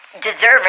deserving